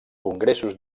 congressos